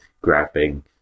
grabbing